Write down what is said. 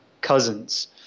cousins